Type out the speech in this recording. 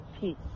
peace